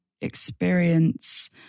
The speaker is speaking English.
experience